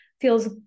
feels